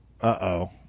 Uh-oh